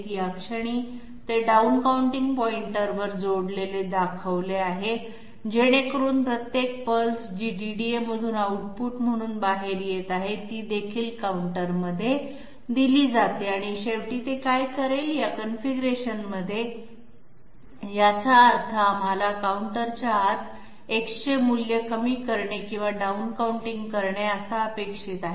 या क्षणी ते डाउन काउंटिंग पॉईंटवर जोडलेले दाखवले आहे जेणेकरून प्रत्येक पल्स जी डीडीए मधून आउटपुट म्हणून बाहेर येत आहे ती देखील काउंटरमध्ये दिली जाते आणि शेवटी ते काय करेल या कॉन्फिगरेशनमध्ये याचा अर्थ आम्हाला काउंटरच्या आत X चे मूल्य कमी करणे किंवा डाउन काउंटिंग करणे असा अपेक्षित आहे